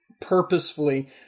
purposefully